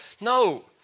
No